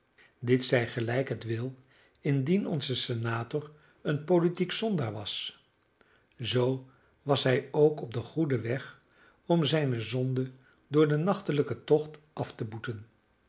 dit zij gelijk het wil indien onze senator een politiek zondaar was zoo was hij ook op den goeden weg om zijne zonde door den nachtelijken tocht af te boeten